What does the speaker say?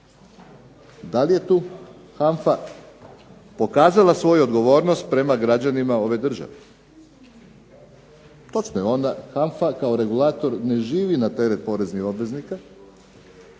Da li je tu HANFA pokazala svoju odgovornost prema građanima svoje države? Točno je, onda HANFA kao regulator ne živi na teret poreznih obveznika